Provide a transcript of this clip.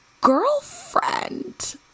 girlfriend